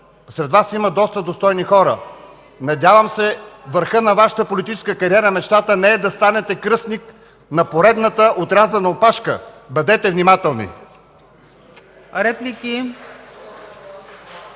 Сред Вас има доста достойни хора – надявам се мечтата за върха на Вашата политическа кариера не е да станете кръстник на поредната отрязана опашка. Бъдете внимателни!